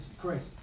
crazy